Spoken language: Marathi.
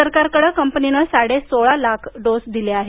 सरकारकडं कंपनीनं साडेसोळा लाख डोस दिले आहेत